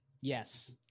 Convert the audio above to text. Yes